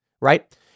right